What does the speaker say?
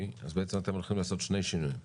אז בעצם אתם הולכים לעשות שני שינויים,